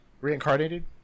Reincarnated